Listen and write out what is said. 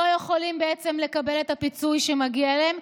לא יכולים לקבל את הפיצוי שמגיע להם,